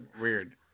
weird